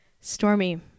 Stormy